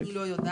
אני לא יודעת,